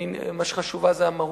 מה שחשובה זו המהות.